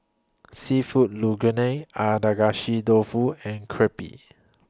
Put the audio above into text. Seafood Linguine Agedashi Dofu and Crepe